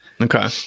Okay